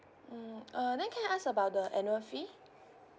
mm uh then can I ask about the annual fee